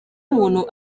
muntu